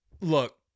look